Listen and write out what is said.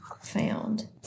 found